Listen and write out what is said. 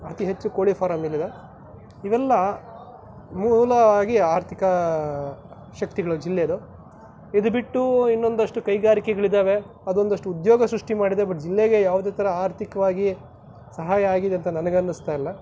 ಅತಿ ಹೆಚ್ಚು ಕೋಳಿ ಫಾರಂ ಇಲ್ಲಿದೆ ಇವೆಲ್ಲ ಮೂಲವಾಗಿ ಆರ್ಥಿಕ ಶಕ್ತಿಗಳು ಜಿಲ್ಲೇದು ಇದು ಬಿಟ್ಟು ಇನ್ನೊಂದಷ್ಟು ಕೈಗಾರಿಕೆಗಳಿದ್ದಾವೆ ಅದೊಂದಷ್ಟು ಉದ್ಯೋಗ ಸೃಷ್ಟಿ ಮಾಡಿದೆ ಬಟ್ ಜಿಲ್ಲೆಗೆ ಯಾವುದೇ ಥರ ಆರ್ಥಿಕವಾಗಿ ಸಹಾಯ ಆಗಿದೆ ಅಂತ ನನಗನ್ನಿಸ್ತಾ ಇಲ್ಲ